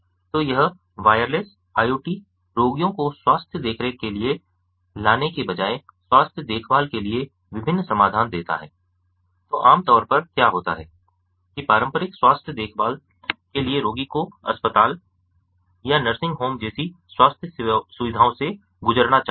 तो यह wireless IoT रोगियों को स्वास्थ्य देख रेख के लिए लाने के बजाय स्वास्थ्य देखभाल के लिए विभिन्न समाधान देता है तो आमतौर पर क्या होता है की पारंपरिक स्वास्थ्य देखभाल के लिए रोगी को अस्पताल या नर्सिंग होम जैसी स्वास्थ्य सुविधाओं से गुजरना चाहिए